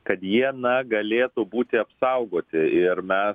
kad jie na galėtų būti apsaugoti ir mes